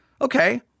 Okay